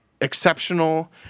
exceptional